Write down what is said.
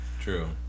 true